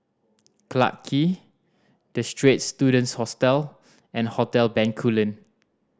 Clarke Quay The Straits Students Hostel and Hotel Bencoolen